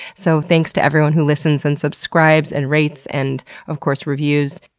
so thanks to everyone who listens, and subscribes, and rates, and of course reviews.